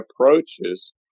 approaches